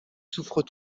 souffres